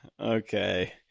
okay